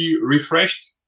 refreshed